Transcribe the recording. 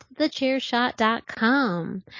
thechairshot.com